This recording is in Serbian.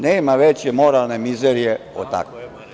Nema veće moralne mizerije od takve.